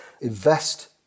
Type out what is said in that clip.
invest